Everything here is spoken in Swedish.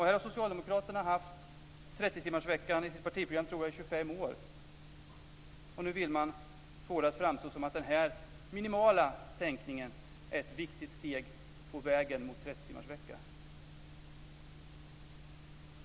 Här har Socialdemokraterna haft 30-timmarsveckan i sitt partiprogram i 25 år, tror jag, och nu vill man få det att framstå som att den här minimala sänkningen är ett viktigt steg på vägen mot 30-timmarsvecka.